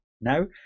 now